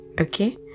okay